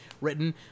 written